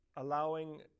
allowing